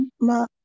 ma